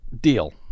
deal